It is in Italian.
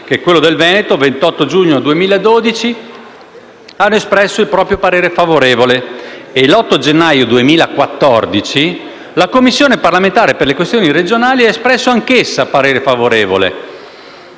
che quello del Veneto, il 28 giugno 2012, hanno espresso il proprio parere favorevole. L'8 gennaio 2014 la Commissione parlamentare per le questioni regionali ha espresso anch'essa parere favorevole.